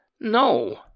No